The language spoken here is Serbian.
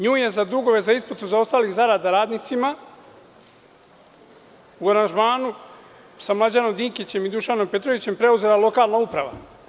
Nju je za dugove za isplatu zaostalih zarada radnicima, u aranžmanu sa Mlađanom Dinkićem i Dušanom Petrovićem, preuzela lokalna uprava.